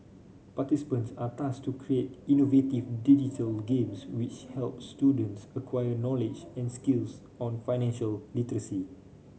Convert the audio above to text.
participants are tasked to create innovative digital games which help students acquire knowledge and skills on financial literacy